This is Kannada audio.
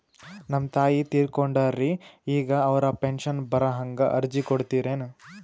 ನಮ್ ತಾಯಿ ತೀರಕೊಂಡಾರ್ರಿ ಈಗ ಅವ್ರ ಪೆಂಶನ್ ಬರಹಂಗ ಅರ್ಜಿ ಕೊಡತೀರೆನು?